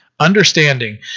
Understanding